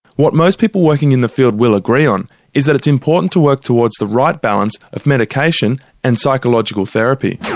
what most people working in the field will agree on is that it's important to work towards the right balance of medication and psychological therapy.